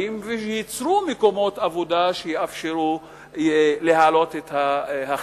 וייצרו מקומות עבודה שיאפשרו להעלות את ההכנסה.